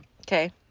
Okay